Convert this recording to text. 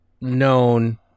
known